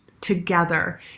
together